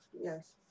Yes